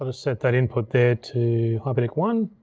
and set that input there to hyperdeck one.